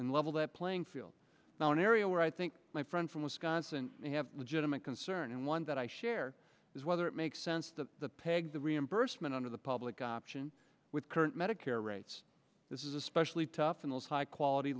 and level that playing field now an area where i think my friend from wisconsin may have a legitimate concern and one that i share is whether it makes sense that the peg the reimbursement under the public option with current medicare rates this is especially tough in those high quality